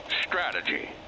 strategy